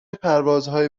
پروازهایی